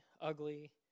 ugly